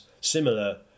similar